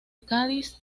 cádiz